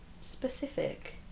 specific